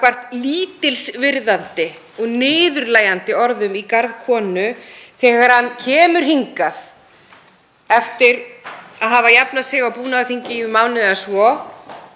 gagnvart lítilsvirðandi og niðurlægjandi orðum í garð konu þegar hann kemur hingað, eftir að hafa jafnað sig á búnaðarþingi í mánuð eða svo,